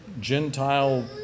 Gentile